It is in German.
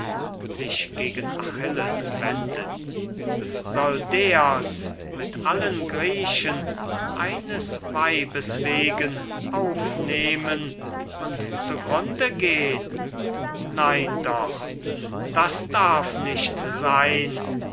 soll der's mit allen griechen eines weibes wegen aufnehmen und zu grunde gehn nein doch das darf nicht sein